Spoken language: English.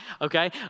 okay